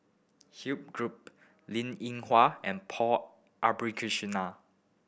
Linn In Hua and Paul Abisheganaden